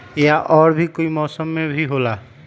या और भी कोई मौसम मे भी होला?